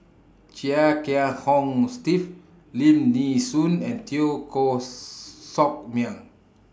Chia Kiah Hong Steve Lim Nee Soon and Teo Koh Sock Miang